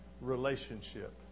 relationship